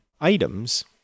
items